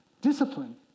discipline